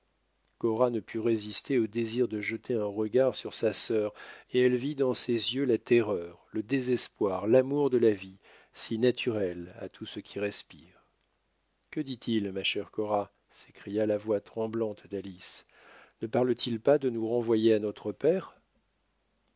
ne put résister au désir de jeter un regard sur sa sœur et elle vit dans ses yeux la terreur le désespoir l'amour de la vie si naturel à tout ce qui respire que dit-il ma chère cora s'écria la voix tremblante d'alice ne parle-t-il pas de nous renvoyer à notre père